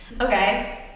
Okay